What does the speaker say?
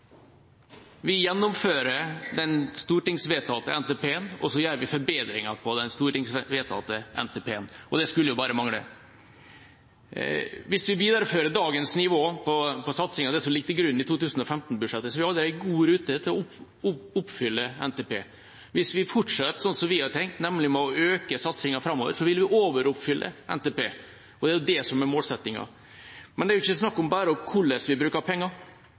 Vi gjennomfører den stortingsvedtatte NTP-en, og vi gjør forbedringer på den – og det skulle bare mangle. Hvis vi viderefører dagens nivå på satsingen av det som ligger til grunn i 2015-budsjettet, er vi allerede godt i rute med å oppfylle NTP. Hvis vi fortsetter slik vi har tenkt, nemlig med å øke satsingen framover, vil vi overoppfylle NTP. Og det er det som er målsettingen. Men det er ikke bare snakk om å bruke penger. Det handler også om hvordan vi bruker